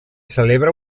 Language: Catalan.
celebra